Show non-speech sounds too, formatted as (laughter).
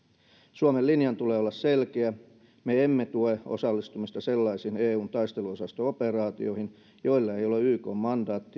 suomen linjan tulee olla selkeä me emme tue osallistumista sellaisiin eun taisteluosaston operaatioihin joilla ei ole ykn mandaattia (unintelligible)